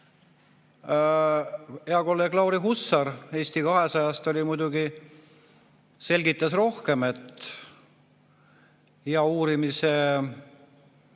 kolleeg Lauri Hussar Eesti 200‑st muidugi selgitas rohkem, et uurimise